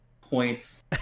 points